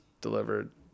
delivered